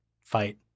fight